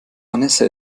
vanessa